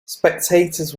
spectators